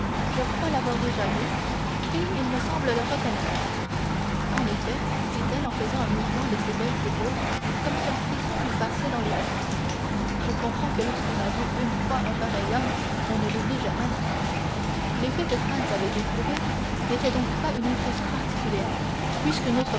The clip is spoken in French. je crois l'avoir déjà vu et il me semble le reconnaître en effet dit-elle en faisant un mouvement de ses belles épaules comme si un frisson lui passait dans les veines je comprends que lorsqu'on a une fois vu un pareil homme on ne l'oublie jamais l'effet que franz avait éprouvé n'était donc pas une impression particulière puisqu'une autre